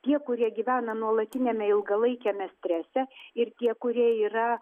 tie kurie gyvena nuolatiniame ilgalaikiame strese ir tie kurie yra